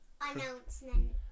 Announcement